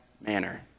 manner